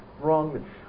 wrong